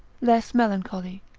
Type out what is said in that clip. less melancholy,